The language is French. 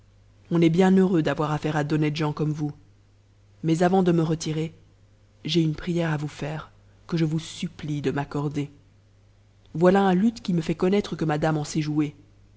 on est bien heureux d'avoir asaire a d'honnêtes gens comme vous mais avant de me retirer j'ai une prière avons faire que je vous supplie de m'accorder voilà un luth qui e fait connaître que madame en sait jouer